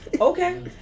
Okay